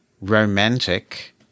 romantic